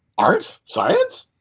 art? science?